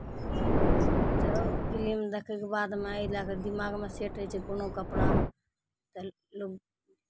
तब फिलिम दखयके बादमे एहि लए कऽ दिमागमे सेट होइ छै कोनो कपड़ा तऽ लोक